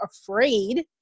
afraid